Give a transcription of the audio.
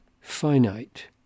finite